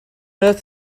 earth